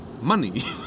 money